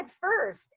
first